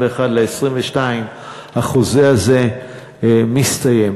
ל-2022 החוזה הזה מסתיים.